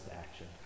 action